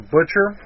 Butcher